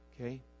Okay